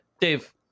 Dave